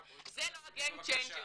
זה לא ה-game changer,